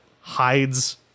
hides